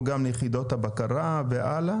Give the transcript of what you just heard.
או גם יחידות הבקרה והלאה?